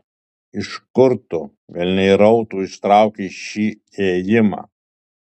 iš kur tu velniai rautų ištraukei šį ėjimą